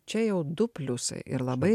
čia jau du pliusai ir labai